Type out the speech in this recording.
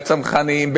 בצנחנים,